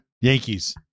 Yankees